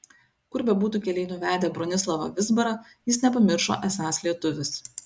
kur bebūtų keliai nuvedę bronislavą vizbarą jis nepamiršo esąs lietuvis